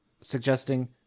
suggesting